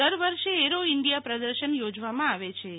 દર વર્ષે Aero India પ્રદર્શન યોજવામાં આવેછે